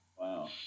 Wow